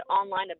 online